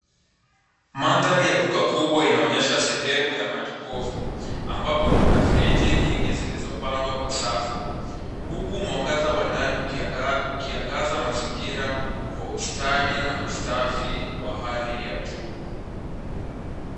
Mandhari ya duka kubwa inaonyesha sehemu ya majokofu ambapo kuna friji nyingi zilizo pangwa kwa safu. Huku mwangaza wa ndani ukiangaza mazingira kwa ustadi na ustaafi wa hali ya juu.